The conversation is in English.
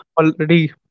Already